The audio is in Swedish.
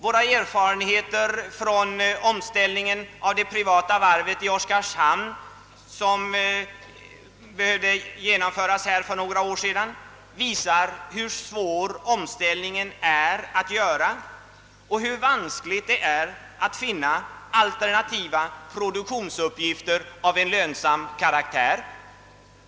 Våra erfarenheter från den omställning av det privata varvet i Oskarshamn, som behövde genomföras för några år sedan, visar hur svår omställningen är att göra och hur vanskligt det är att finna alternativa produktionsuppgifter av lönsam karaktär.